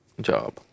job